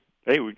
Hey